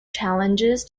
challenges